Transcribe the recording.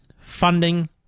funding